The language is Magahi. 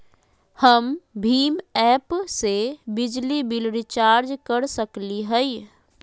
हम भीम ऐप से बिजली बिल रिचार्ज कर सकली हई?